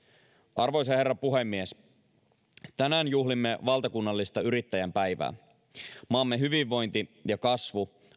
arvoisa herra puhemies tänään juhlimme valtakunnallista yrittäjän päivää maamme hyvinvointi ja kasvu